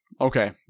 Okay